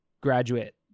graduate